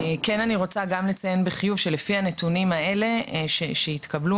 אני רוצה לציין לחיוב שלפי הנתונים האלה שהתקבלו,